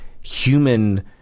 human